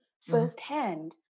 firsthand